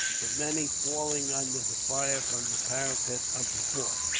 but many falling under the fire from the parapet of the fort.